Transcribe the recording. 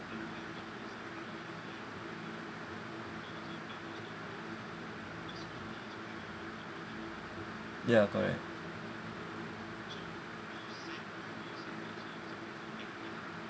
ya correct